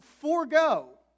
forego